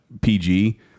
PG